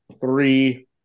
three